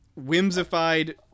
whimsified